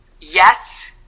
yes